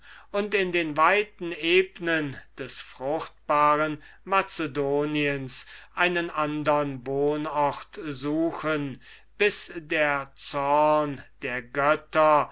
und in den weiten ebnen des fruchtbaren macedoniens einen andern wohnort suchen bis der zorn der götter